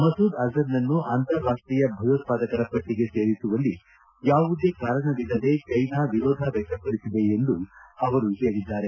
ಮಸೂದ್ ಅಜರ್ ನನ್ನು ಅಂತಾರಾಷ್ಷೀಯ ಭಯೋತ್ಪಾದಕರ ಪಟ್ಟಿಗೆ ಸೇರಿಸುವಲ್ಲಿ ಯಾವುದೇ ಕಾರಣವಿಲ್ಲದೇ ಚೀನಾ ವಿರೋಧ ವ್ಯಕ್ತಪಡಿಸಿದೆ ಎಂದು ಅವರು ಹೇಳಿದ್ದಾರೆ